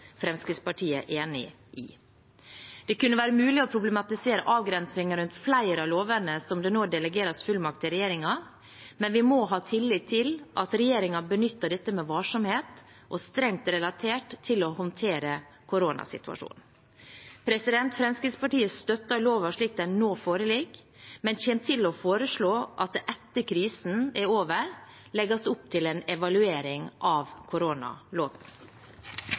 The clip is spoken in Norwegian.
Fremskrittspartiet enig i. Det kunne være mulig å problematisere avgrensninger rundt flere av lovene der det nå delegeres fullmakt til regjeringen. Men vi må ha tillit til at regjeringen benytter dette med varsomhet og strengt relatert til å håndtere koronasituasjonen. Fremskrittspartiet støtter loven slik den nå foreligger, men kommer til å foreslå at det etter at krisen er over, legges opp til en evaluering av koronaloven.